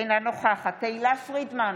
אינה נוכחת תהלה פרידמן,